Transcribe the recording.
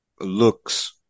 looks